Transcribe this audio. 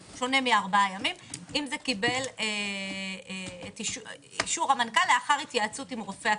מארבעה ימים אם זה קיבל אישור המנכ"ל לאחר התייעצות עם רופא הכנסת.